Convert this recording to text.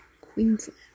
Queensland